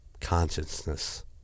consciousness